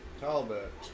Talbot